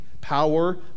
power